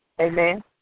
Amen